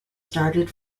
started